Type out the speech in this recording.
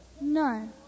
No